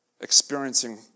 experiencing